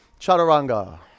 Chaturanga